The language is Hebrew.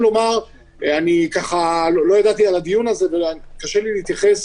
לא ידעתי על הדיון הזה וקשה לי להתייחס